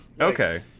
Okay